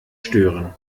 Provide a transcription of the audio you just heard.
stören